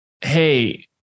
hey